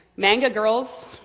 manga girls,